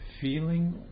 feeling